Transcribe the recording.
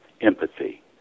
empathy